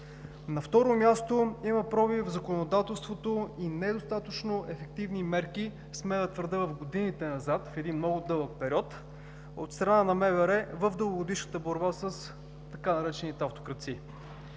На второ място, има пробив в законодателството и недостатъчно ефективни мерки – смея да твърдя, в годините назад, в един много дълъг период от страна на МВР в дългогодишната борба, с така наречените „автокрадци”.